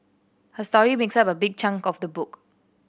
her story makes up a big chunk of the book